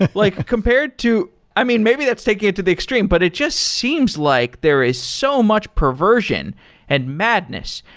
like compared to i mean, maybe that's take it to the extreme, but it just seems like there is so much perversion and madness.